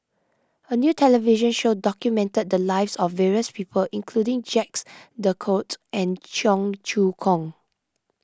a new television show documented the lives of various people including Jacques De Coutre and Cheong Choong Kong